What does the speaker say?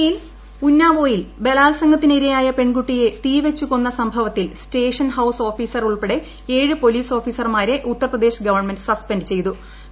യിൽ ഉന്നാവോയിൽ ബലാൽസംഗൂത്തിന് ഇരയായ പെൺകുട്ടിയെ തീ വെച്ചു കൊന്ന സംഭിപ്പത്തിൽ സ്റ്റേഷൻ ഹൌസ് ഓഫീസർ ഉൾപ്പെടെ ഏഴ് പോലൂീസ് ഓഫീസർമാരെ ഉത്തർപ്രദേശ് ഗവൺമെന്റ് സസ്പെൻഡ് ച്ചെി്യ്തു